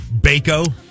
Baco